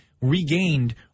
regained